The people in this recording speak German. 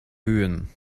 böen